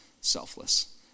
Selfless